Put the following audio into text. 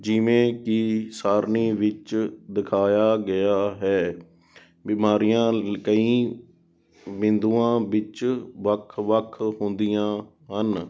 ਜਿਵੇਂ ਕਿ ਸਾਰਣੀ ਵਿੱਚ ਦਿਖਾਇਆ ਗਿਆ ਹੈ ਬਿਮਾਰੀਆਂ ਲ ਕਈ ਬਿੰਦੂਆਂ ਵਿੱਚ ਵੱਖ ਵੱਖ ਹੁੰਦੀਆਂ ਹਨ